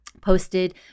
posted